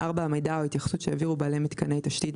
(4)המידע או ההתייחסות שהעבירו בעלי מיתקני תשתית,